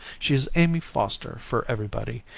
she is amy foster for everybody,